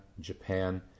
Japan